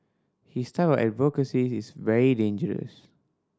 his type of advocacy is very dangerous